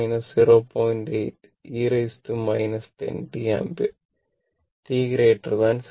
8 e 10 t ampere t 0 ൽ